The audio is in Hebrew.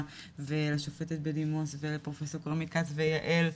ולשופטת בדימוס ולפרופסור כרמית רז וליעל,